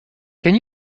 can